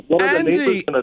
Andy